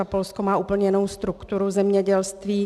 Polsko má úplně jinou strukturu zemědělství.